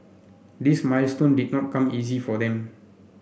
this milestone did not come easy for them